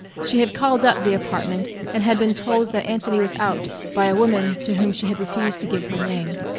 she had called up the apartment and had been told that anthony was out by a woman to whom she had refused to give her name.